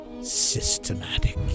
systematic